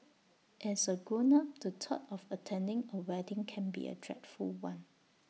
as A grown up the thought of attending A wedding can be A dreadful one